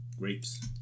grapes